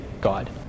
god